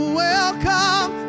welcome